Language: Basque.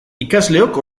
ikasleok